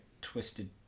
twisted